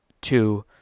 two